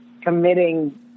committing –